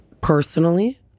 personally